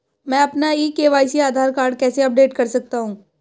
मैं अपना e KYC Aadhaar card कैसे अपडेट कर सकता हूँ?